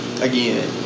Again